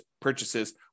purchases